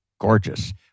gorgeous